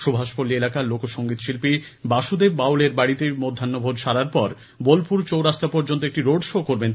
সুভাষপল্লী এলাকার লোকসংগীত শিল্পী বাসুদেব বাউলের বাড়িতে মধ্যাহ্নভোজ সারার পর বোলপুর চৌরাস্তা পর্যন্ত একটি রোডশো করবেন